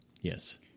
Yes